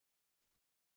freising